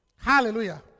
Hallelujah